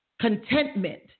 contentment